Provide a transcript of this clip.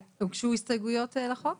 הוגשו הסתייגויות על ידי חברי הכנסת